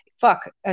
fuck